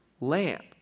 lamp